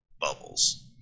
bubbles